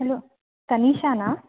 hello ತನಿಷಾನಾ